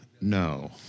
no